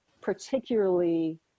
particularly